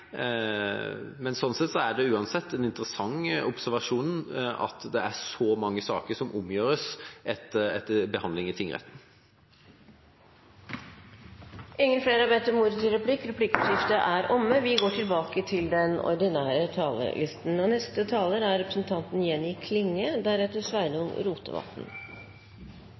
men sånn sett er det uansett en interessant observasjon at det er så mange saker som omgjøres etter behandling i tingretten. Flere har ikke bedt om ordet til replikk. Juryordninga har lange tradisjonar i Noreg. Saman med andre delar av rettssystemet vårt bidreg ordninga til